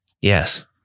Yes